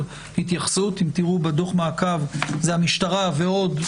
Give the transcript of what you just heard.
התייחסות אם תראו בדוח מעקב זה המשטרה ועוד,